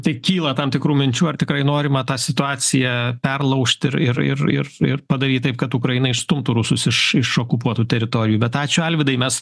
tai kyla tam tikrų minčių ar tikrai norima tą situaciją perlaužt ir ir ir ir ir padaryt taip kad ukraina išstumtų rusus iš iš okupuotų teritorijų bet ačiū alvydai mes